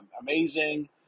amazing